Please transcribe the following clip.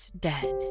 dead